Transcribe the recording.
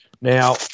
Now